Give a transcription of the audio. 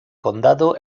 condado